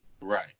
Right